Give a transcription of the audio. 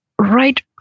right